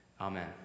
Amen